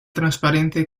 transparente